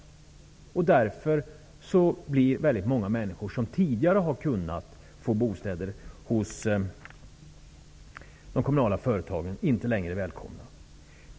Därför är väldigt många människor som tidigare har kunnat få bostäder hos de kommunala företagen inte längre välkomna.